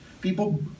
People